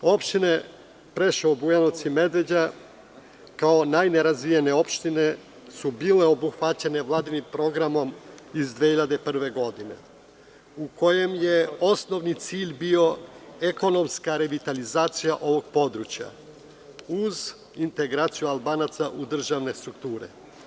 Opštine Preševo, Bujanovac i Medveđa kao najnerazvijenije opštine su bile obuhvaćene Vladinim programom iz 2001. godine, u kojem je osnovni cilj bio ekonomska revitalizacija ovog područja, uz integraciju Albanaca u državne strukture.